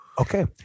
Okay